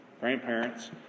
grandparents